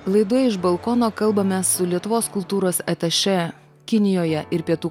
laidoje iš balkono kalbamės su lietuvos kultūros atašė kinijoje ir pietų